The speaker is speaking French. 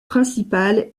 principal